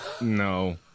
No